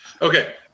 Okay